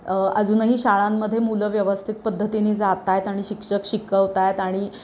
अजूनही शाळांमध्ये मुलं व्यवस्थित पद्धतीने जात आहेत आणि शिक्षक शिकवत आहेत आणि